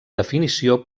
definició